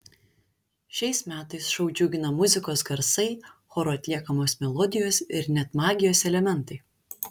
šiais metais šou džiugina muzikos garsai choro atliekamos melodijos ir net magijos elementai